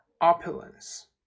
opulence